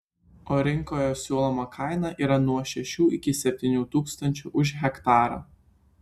o rinkoje siūloma kaina yra nuo šešių iki septynių tūkstančių už hektarą